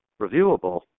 reviewable